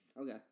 Okay